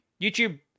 YouTube